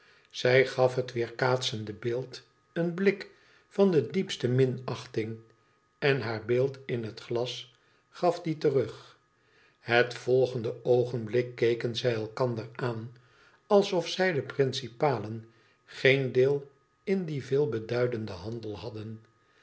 zij gaf het weerkaatsende beeld een blik van de diepste minachting en haar beeld in het glas gaf lien temg het volgende oogenblik keken zij elkander aan alsof zij de principalen geen deel in dien veelbeduidenden handel hadden